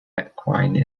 equine